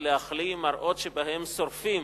מראות שבהם שורפים